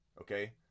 okay